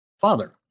father